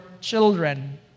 children